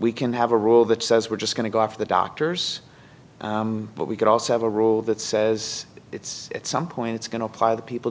we can have a rule that says we're just going to go after the doctors but we could also have a rule that says it's some point it's going to apply the people